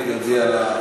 בבקשה.